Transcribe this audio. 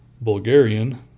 Bulgarian